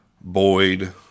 Boyd